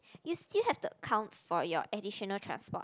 you still have to account for your additional transport